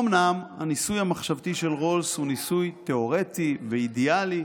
אומנם הניסוי המחשבתי של רולס הוא ניסוי תיאורטי ואידיאלי,